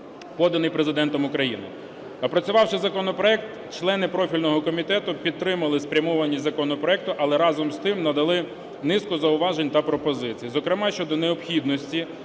поданий Президентом України. Опрацювавши законопроект, члени профільного комітету підтримали спрямованість законопроекту, але разом з тим надали низку зауважень та пропозицій. Зокрема, щодо необхідності